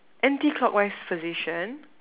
anticlockwise position